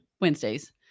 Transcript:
Wednesdays